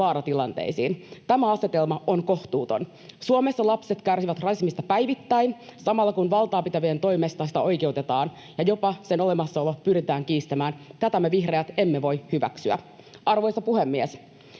vaaratilanteisiin. Tämä asetelma on kohtuuton. Suomessa lapset kärsivät rasismista päivittäin samalla, kun sitä valtaa pitävien toimesta oikeutetaan ja jopa sen olemassaolo pyritään kiistämään. Tätä me vihreät emme voi hyväksyä. Arvoisa puhemies!